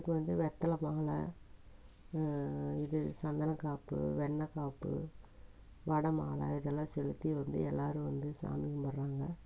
இதுக்கு வந்து வெற்றில மாலை இது சந்தனக்காப்பு வெண்ணெக்காப்பு வடை மாலை இதெல்லாம் செலுத்தி வந்து எல்லோரும் வந்து சாமி கும்பிட்றாங்க